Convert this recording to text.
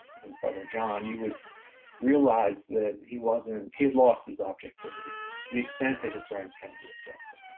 his brother john, you would realize that he wasn't, he had lost his objectivity to the extent that historians can be objective.